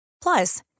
Plus